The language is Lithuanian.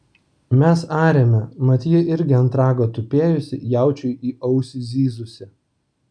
mes arėme mat ji irgi ant rago tupėjusi jaučiui į ausį zyzusi